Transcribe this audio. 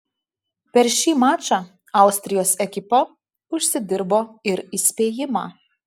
per šį mačą austrijos ekipa užsidirbo ir įspėjimą